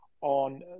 on